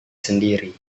sendiri